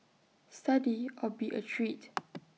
study or be A treat